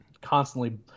constantly